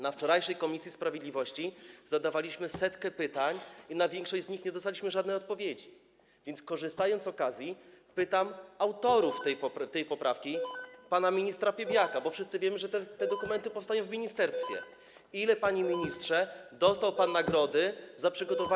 Na wczorajszym posiedzeniu komisji sprawiedliwości zadaliśmy setkę pytań i na większość z nich nie dostaliśmy żadnej odpowiedzi, więc korzystając z okazji, pytam autorów tej poprawki, pana ministra Piebiaka, bo wszyscy wiemy, że te dokumenty powstają w ministerstwie: Ile, panie ministrze, dostał pan nagrody za przygotowanie.